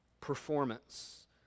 performance